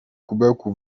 kubełku